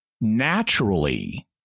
naturally